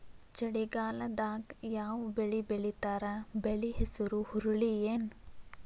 ಚಳಿಗಾಲದಾಗ್ ಯಾವ್ ಬೆಳಿ ಬೆಳಿತಾರ, ಬೆಳಿ ಹೆಸರು ಹುರುಳಿ ಏನ್?